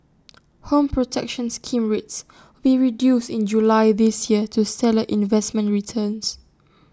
home protection scheme rates will reduced in July this year due stellar investment returns